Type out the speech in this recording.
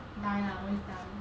die lah always die